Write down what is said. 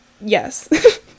Yes